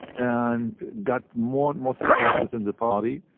and got more and more support within the party.